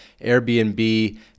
Airbnb